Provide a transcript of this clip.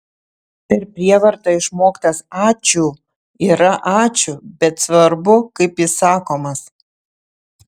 per prievartą išmoktas ačiū yra ačiū bet svarbu kaip jis sakomas